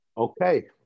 Okay